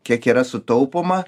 kiek yra sutaupoma